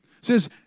Says